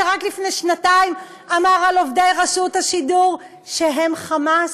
שרק לפני שנתיים אמר על עובדי רשות השידור שהם "חמאס".